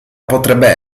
potrebbe